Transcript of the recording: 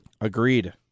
agreed